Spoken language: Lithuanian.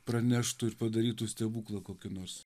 praneštų ir padarytų stebuklą kokį nors